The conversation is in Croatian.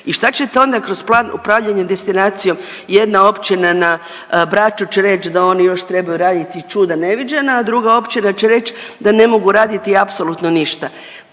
i šta ćete onda kroz plan upravljanja destinacijom jedna općina na Braču će reć da oni još trebaju raditi čuda neviđena, a druga općina će reć da ne mogu raditi apsolutno ništa.